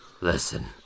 listen